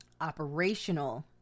operational